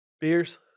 Beers